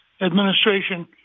administration